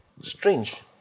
Strange